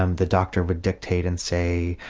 um the doctor would dictate and say,